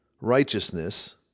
righteousness